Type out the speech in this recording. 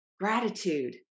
gratitude